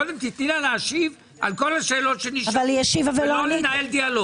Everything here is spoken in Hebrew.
קודם תיתני לה להשיב על כל השאלות שנשאלו ולא לנהל דיאלוג.